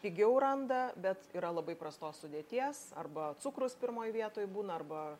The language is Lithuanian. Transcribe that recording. pigiau randa bet yra labai prastos sudėties arba cukrus pirmoj vietoj būna arba